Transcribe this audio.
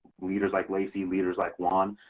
leaders like lacy, leaders like juan.